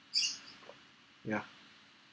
ya